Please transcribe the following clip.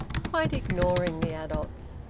quite ignoring the adults.